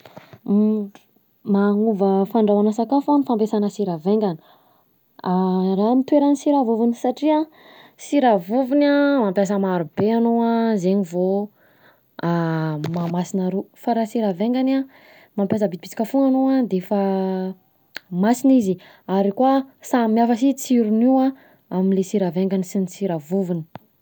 Magnova fandrahoana sakafo an ny fampiasana sira vaingany, raha amin'ny toeran'ny sira vovony satria an: sira vovony an mampiasa maro be anao an zegny vao mahamasina ro fa raha sira vaingana an mampiasa bitibitka fogna anao an defa masina izy, ary koa an: samihafa si tsiron'io an amle sira vaingany sy ny sira vovony.